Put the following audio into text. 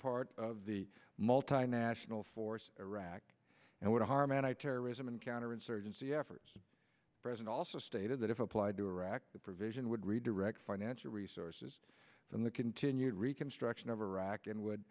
part of the multinational force in iraq and would harm anti terrorism and counterinsurgency efforts present also stated that if applied to iraq the provision would redirect financial resources from the continued reconstruction of iraq and would